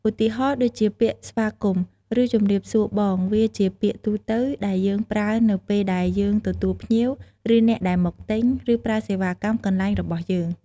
ឧទាហរណ៍ ដូចជាពាក្យស្វាគមន៍ ឬជម្រាបសួរបង វាជាពាក្យទូទៅដែលយើងប្រើនៅពេលដែលយើងទទួលភ្ញៀវ ឬអ្នកដែលមកទិញ ឬប្រើសេវាកម្មកន្លែងរបស់យើង។